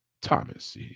Thomas